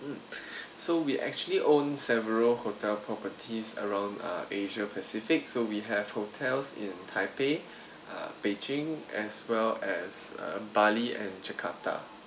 mm so we actually own several hotel properties around uh asia pacific so we have hotels in taipei uh beijing as well as uh bali and jakarta